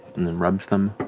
and then rubs them.